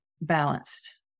balanced